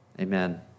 Amen